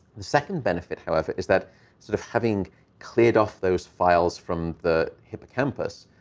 the second benefit, however, is that sort of having cleared off those files from the hippocampus,